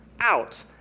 out